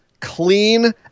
clean